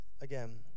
again